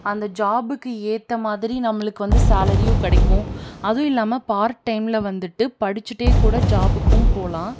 அந்த ஜாப்புக்கு ஏற்ற மாதிரி நம்மளுக்கு வந்து சேலரியும் கிடைக்கும் அதுவும் இல்லாமல் பார்ட் டைமில் வந்துட்டு படிச்சிட்டே கூட ஜாப்புக்கும் போகலாம்